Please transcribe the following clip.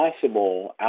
possible